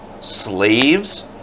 slaves